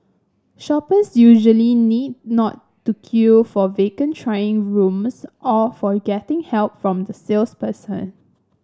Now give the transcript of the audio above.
shoppers usually need not to queue for vacant trying rooms or for getting help from the salesperson